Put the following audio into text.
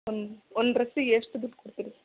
one one ಡ್ರಸ್ಸಿಗೆ ಎಷ್ಟು ದುಡ್ಡು ಕೊಡ್ತೀರಿ